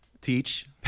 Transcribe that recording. teach